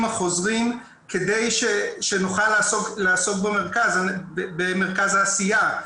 החוזרים כדי שנוכל לעסוק במרכז העשייה.